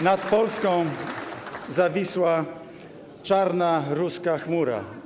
Nad Polską zawisła czarna, ruska chmura.